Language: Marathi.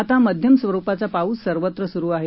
आता मध्यम स्वरूपाचा पाऊस सर्वत्र सुरू आहे